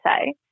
say